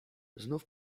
znów